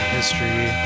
history